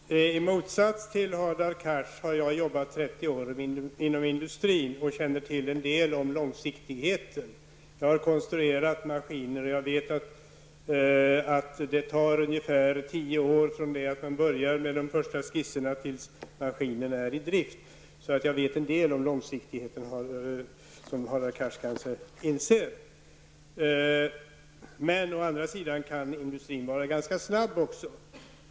Herr talman! I motsats till Hadar Cars har jag arbetat 30 år inom industrin och känner till en del om långsiktighet. Jag har konstruerat maskiner, och jag vet att det tar ungefär tio år från det man börjar med de första skisserna till dess maskinen är i drift. Jag vet alltså en del om långsiktighet, som Hadar Cars kanske inser. Å andra sidan kan också industrin vara ganska snabb.